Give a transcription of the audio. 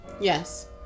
Yes